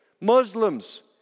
Muslims